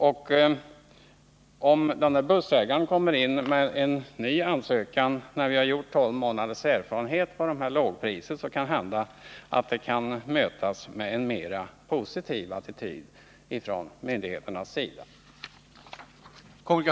Om bussägaren kommer in med en ny ansökan när man vunnit 12 månaders erfarenhet av lågpriset, kan det hända att denna ansökan möts av en mera positiv attityd från myndigheternas sida.